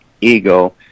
ego